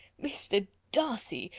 mr. darcy,